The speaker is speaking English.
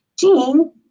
Gene